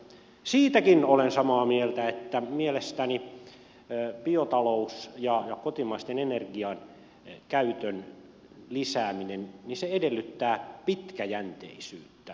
siitäkin olen samaa mieltä että biotalous ja kotimaisen energian käytön lisääminen edellyttävät pitkäjänteisyyttä